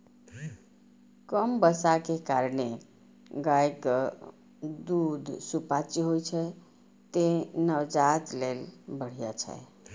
कम बसा के कारणें गायक दूध सुपाच्य होइ छै, तें नवजात लेल बढ़िया छै